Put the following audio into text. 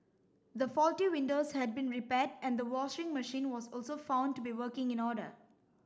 the faulty windows had been repaired and the washing machine was also found to be working in order